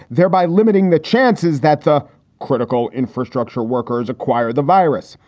thereby limiting the chances that the critical infrastructure workers acquire the virus.